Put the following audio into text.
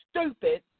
stupid